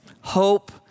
hope